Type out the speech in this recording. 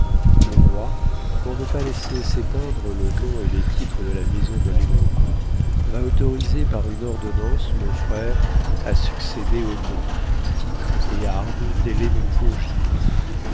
le roi pour ne pas laisser s'éteindre le nom et les titres de la maison de lenoncourt va autoriser par une ordonnance mon frère à succéder aux noms titres et armes des